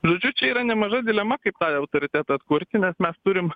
žodžiu čia yra nemaža dilema kaip autoritetą atkurti nes mes turim